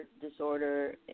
disorder